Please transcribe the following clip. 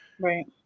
right